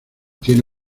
tiene